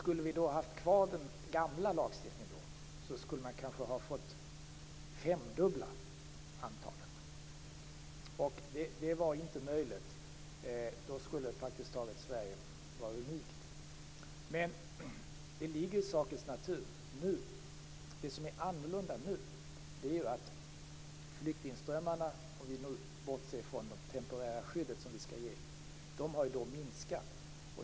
Skulle vi ha haft kvar den gamla lagstiftningen skulle man kanske ha fått femdubbla antalet. Det var inte möjligt. Då skulle Sverige varit praktiskt taget unikt. Men det som är annorlunda nu är att flyktingströmmarna, om vi bortser från det temporära skydd som vi skall ge, har minskat.